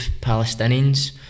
Palestinians